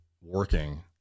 working